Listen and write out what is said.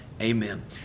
Amen